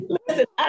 Listen